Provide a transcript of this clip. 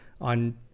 on